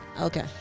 Okay